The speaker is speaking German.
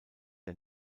der